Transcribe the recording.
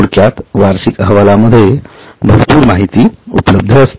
थोडक्यात वार्षिक अहवालामध्ये भरपूर माहिती उपलब्ध असते